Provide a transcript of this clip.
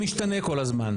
שמשתנה כל הזמן.